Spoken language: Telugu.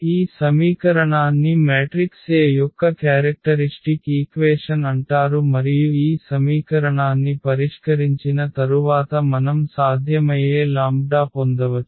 ఈ సమీకరణాన్ని మ్యాట్రిక్స్ A యొక్క క్యారెక్టరిష్టిక్ ఈక్వేషన్ అంటారు మరియు ఈ సమీకరణాన్ని పరిష్కరించిన తరువాత మనం సాధ్యమయ్యే లాంబ్డా పొందవచ్చు